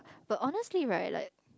but honestly right like